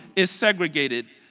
is segregated.